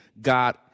God